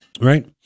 Right